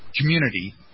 community